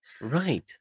Right